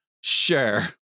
Sure